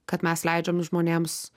kad mes leidžiam žmonėms